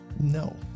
No